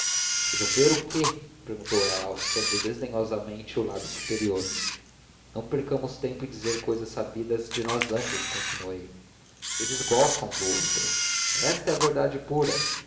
resolver o quê perguntou ela alçando desdenhosamente o lábio superior não percamos tempo em dizer cousas sabidas de nós ambos continuei eles gostam um do outro esta é a verdade pura